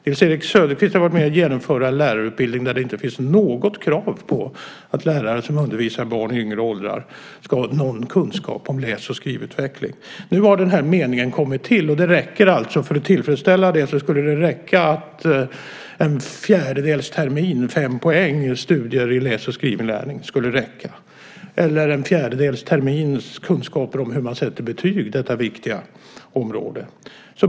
Nils-Erik Söderqvist har varit med om att genomföra en lärarutbildning där det inte finns något krav på att lärare som undervisar barn i lägre åldrar ska ha någon kunskap om läs och skrivutveckling. Nu har den här meningen kommit till, och det räcker alltså. För att tillfredsställa det skulle det räcka med en fjärdedels termins studier, 5 poäng, i läs och skrivinlärning eller en fjärdedels termins kunskaper om hur man sätter betyg - detta viktiga område.